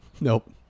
Nope